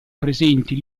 presenti